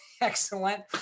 excellent